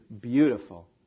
beautiful